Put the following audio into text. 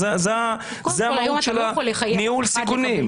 זה המהות של ניהול סיכונים.